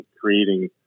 creating